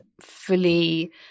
fully